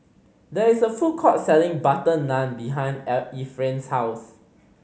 there is a food court selling butter naan behind Efrain's house